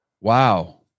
Wow